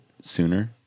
sooner